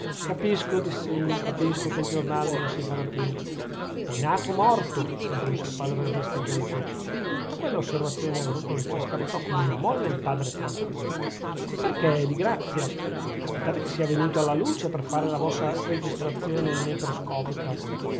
capisco diss'egli capisco che il giornale non si farà più è nato morto soggiunse il padre restituto a quella osservazione agrodolce scattò come una molla il padre tranquillo e perchè di grazia aspettate che sia venuto alla luce per fare la vostra registrazione necroscopica